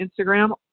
Instagram